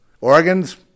Organs